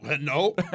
No